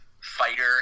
fighter